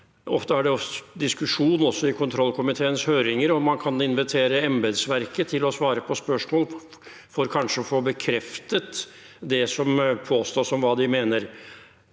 Ofte er det diskusjon også i kontrollkomiteens høringer, og man kan invitere embetsverket til å svare på spørsmål for kanskje å få bekreftet det som påstås om hva de mener.